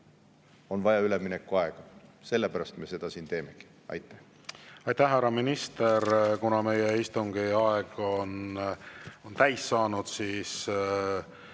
on vaja üleminekuaega. Sellepärast me seda siin teemegi. Aitäh, härra minister! Kuna meie istungi aeg on täis saanud, siis